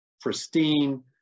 pristine